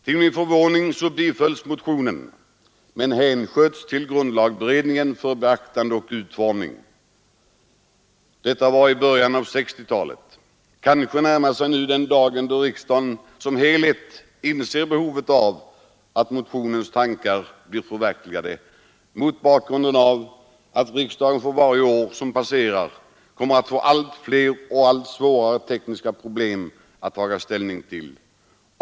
Till min förvåning bifölls motionen men hänsköts till grundlagberedningen för beaktande och utformning. Detta var i början av 1960-talet. Kanske närmar sig nu den dag då riksdagen som helhet inser behovet av att motionens tankar blir förverkligade mot bakgrunden av att riksdagen för varje år som går kommer att få allt fler och allt svårare tekniska problem att ta ställning till.